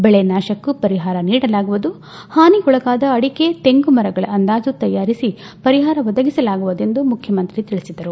ಬೆಳೆ ನಾಶಕ್ಕೂ ಪರಿಹಾರ ನೀಡಲಾಗುವುದು ಹಾನಿಗೊಳಗಾದ ಅಡಿಕೆ ತೆಂಗು ಮರಗಳ ಅಂದಾಜು ತಯಾರಿಸಿ ಪರಿಹಾರ ಒದಗಿಸಲಾಗುವುದು ಮುಖ್ಲಮಂತ್ರಿ ತಿಳಿಸಿದರು